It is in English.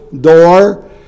door